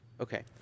Okay